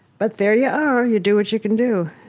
but there you are. you do what you can do